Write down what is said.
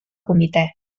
comitè